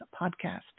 podcast